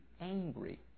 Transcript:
angry